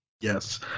Yes